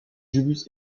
julius